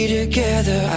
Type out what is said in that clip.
together